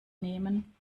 nehmen